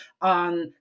on